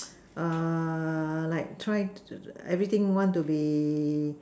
err like try everything want to be